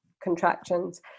contractions